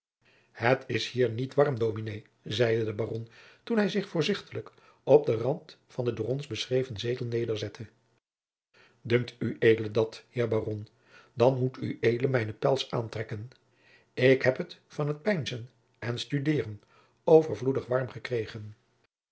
het is hier niet warm dominé zeide de jacob van lennep de pleegzoon baron toen hij zich voorzichtiglijk op den rand van den door ons beschreven zetel nederzette dunkt ued dat heer baron dan moest ued mijne pels aantrekken ik heb het van t peinzen en studeeren overvloedig warm gekregen